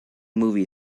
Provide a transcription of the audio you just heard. movie